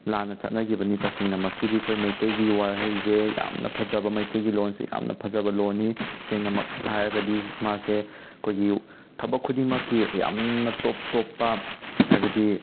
ꯂꯥꯟꯅ ꯆꯠꯅꯒꯤꯕꯅꯤ ꯇꯁꯦꯡꯅꯃꯛꯀꯤꯗꯤ ꯑꯈꯣꯏ ꯃꯩꯇꯩꯒꯤ ꯋꯥꯍꯩꯖꯦ ꯌꯥꯝꯅ ꯐꯖꯕ ꯃꯩꯇꯩꯒꯤ ꯂꯣꯟꯁꯦ ꯌꯥꯝꯅ ꯐꯖꯕ ꯂꯣꯟꯅꯤ ꯁꯦꯡꯅꯃꯛ ꯍꯥꯏꯔꯒꯗꯤ ꯃꯥꯁꯦ ꯑꯩꯈꯣꯏꯒꯤ ꯊꯕꯛ ꯈꯨꯗꯤꯡꯃꯛꯀꯤ ꯌꯥꯝꯅ ꯇꯣꯞ ꯇꯣꯞꯄ ꯍꯥꯏꯕꯗꯤ